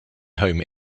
home